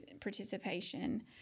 participation